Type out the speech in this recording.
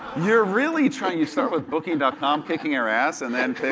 you're really trying to start with booking and com, kicking our ass and then pick